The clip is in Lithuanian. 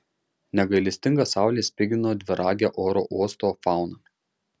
negailestinga saulė spigino dviragę oro uosto fauną